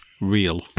real